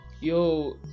yo